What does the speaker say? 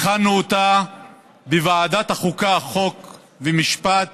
הכנו אותה בוועדת החוקה, חוק ומשפט